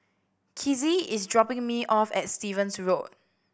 kizzie is dropping me off at Stevens Road